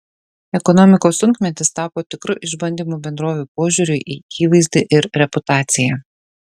ekonomikos sunkmetis tapo tikru išbandymu bendrovių požiūriui į įvaizdį ir reputaciją